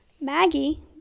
Maggie